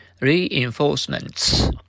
reinforcements